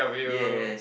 yes